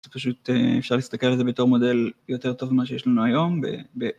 פשוט אפשר להסתכל על זה בתור מודל יותר טוב ממה שיש לנו היום